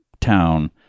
town